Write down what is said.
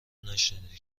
نشنیدی